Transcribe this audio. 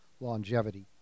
longevity